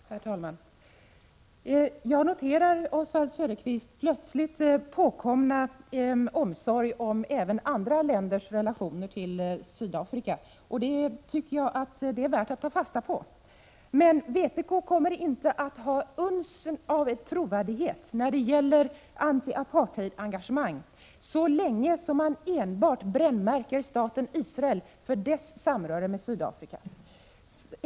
Herr talman! Jag noterar Oswald Söderqvists plötsligt påkomna omsorg om även andra länders relationer till Sydafrika. Det är värt att ta fasta på detta. Men vpk kommer inte att ha ett uns av trovärdighet när det gäller anti-apartheidsengagemang så länge som vpk enbart brännmärker staten Israel för dess samröre med Sydafrika.